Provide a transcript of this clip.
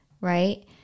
right